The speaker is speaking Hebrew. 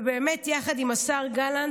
ויחד עם השר גלנט,